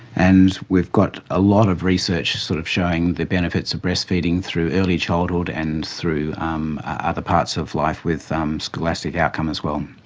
and we've got a lot of research sort of showing the benefits of breastfeeding through early childhood and through um other parts of life with um scholastic outcome as well.